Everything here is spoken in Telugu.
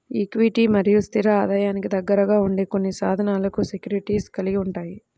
ఈక్విటీలు మరియు స్థిర ఆదాయానికి దగ్గరగా ఉండే కొన్ని సాధనాలను సెక్యూరిటీస్ కలిగి ఉంటాయి